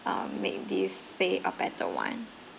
uh make this say a better one